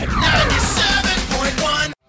97.1